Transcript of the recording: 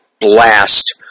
blast